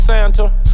Santa